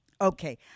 Okay